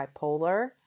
bipolar